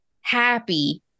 happy